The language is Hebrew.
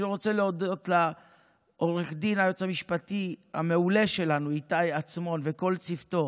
אני רוצה להודות ליועץ המשפטי המעולה שלנו עו"ד איתי עצמון וכל צוותו,